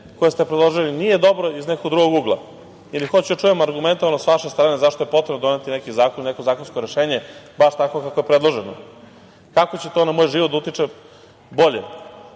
koje ste predložili nije dobro iz nekog drugog ugla ili hoću da čujem argumente s vaše strane zašto je potrebno doneti neki zakon, neko zakonsko rešenje baš tako kako je predloženo, kako će to na moj život da utiče bolje,